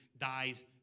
dies